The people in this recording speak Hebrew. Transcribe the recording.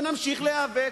ונמשיך להיאבק,